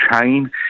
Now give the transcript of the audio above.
chain